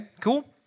Cool